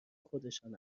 خودشان